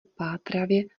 pátravě